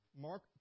Mark